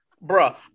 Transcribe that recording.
bro